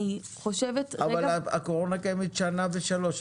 אבל הקורונה קיימת שנה ושלושה,